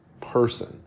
person